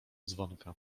dzwonka